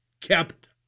kept